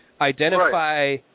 identify